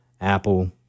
Apple